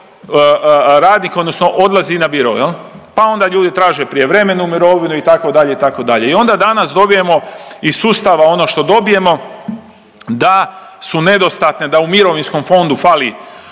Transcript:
radnika odnosno odlazi na biro, pa onda ljudi traže prijevremenu mirovinu itd., itd. i onda danas dobijemo iz sustava ono što dobijemo da su nedostatne da u mirovinskom fondu fali